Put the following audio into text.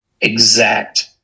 exact